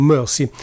Mercy